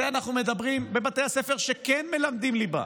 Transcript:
אנחנו מדברים על בתי הספר שכן מלמדים ליבה,